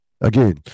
again